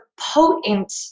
potent